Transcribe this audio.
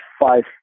five